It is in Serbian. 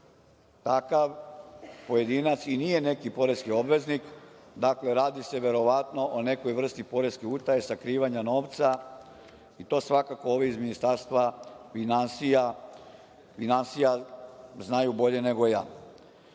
takav pojedinac i nije neki poreski obveznik. Dakle, radi se verovatno o nekoj vrsti poreske utaje, sakrivanja novca i to svakako ovi iz Ministarstva finansija znaju bolje nego ja. Što